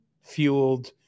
fueled